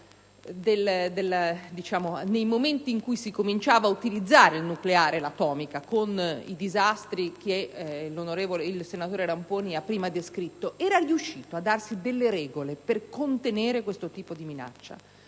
nei momenti in cui si cominciava ad utilizzare il nucleare e l'atomica - con i disastri che il senatore Ramponi ha prima descritto - a darsi delle regole per contenere questo tipo di minaccia,